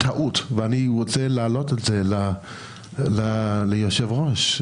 טעות ואני רוצה להעביר את זה ליושב ראש.